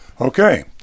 Okay